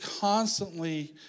constantly